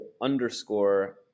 underscore